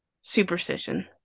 Superstition